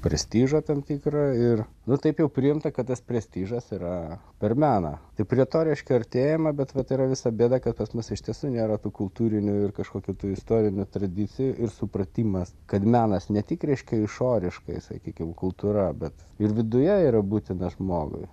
prestižą tam tikrą ir nu taip jau priimta kad tas prestižas yra per meną taip retoriškai artėjama bet vat yra visa bėda kad pas mus iš tiesų nėra tų kultūrinių ir kažkokių tų istorinių tradicijų ir supratimas kad menas ne tik reiškia išoriškai sakykim kultūra bet ir viduje yra būtina žmogui